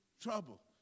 trouble